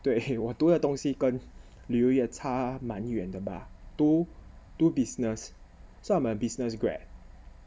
对我读的东西跟旅游业差蛮远的嘛读读 business so I'm a business grad